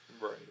right